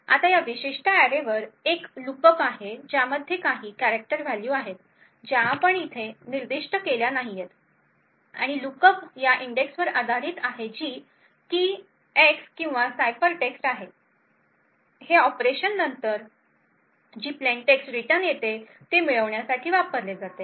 आता या विशिष्ट अॅरेवर एक लुकअप आहे ज्यामध्ये काही कॅरेक्टर व्हॅल्यू आहेत ज्या आपण इथे निर्दिष्ट केल्या नाहीयेत आणि लुकअप या इंडेक्सवर आधारित आहे जी की एक्स किंवा सायफरटेक्स्ट आहे हे ऑपरेशन नंतर जी प्लेनटेक्स्ट रिटर्न येते ते मिळवण्यासाठी वापरले जाते